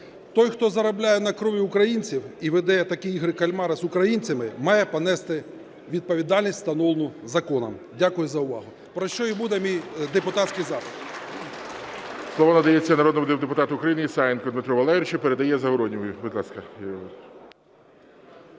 Той, хто заробляє на крові українців і веде такі "ігри кальмара" з українцями, має понести відповідальність, встановлену законом. Дякую за увагу. Про що і буде мій депутатський запит.